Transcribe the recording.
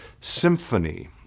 symphony